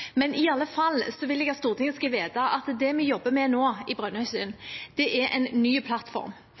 I alle fall vil jeg at Stortinget skal vite at det vi nå jobber med i Brønnøysundregistrene, er en ny plattform.